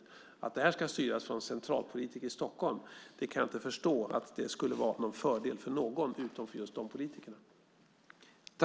Jag kan inte förstå att det skulle vara en fördel för någon att det ska styras av centralpolitiker från Stockholm utom för just de politikerna.